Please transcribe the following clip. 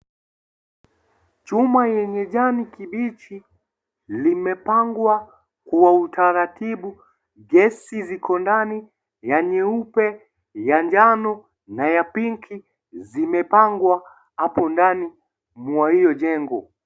Chuma yenye jani kibichi, limepangwa kwa utaratibu, gesi ziko ndani; ya nyeupe, ya njano na ya pink zimepangwa hapo ndani mwa hiyo jengo.